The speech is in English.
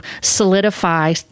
solidify